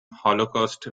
holocaust